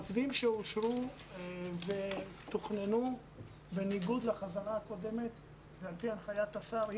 המתווים שאושרו ותוכננו בניגוד לחזרה הקודמת ועל פי הנחיית השר,